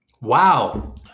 Wow